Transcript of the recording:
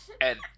And-